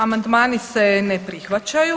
Amandmani se ne prihvaćaju.